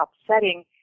upsetting